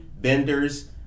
vendors